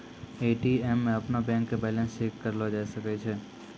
ATM मे अपनो bank के बैलेंस चेक करलो जाय सकै छै